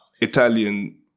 Italian